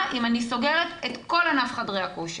אם אני סוגרת את כל ענף חדרי הכושר?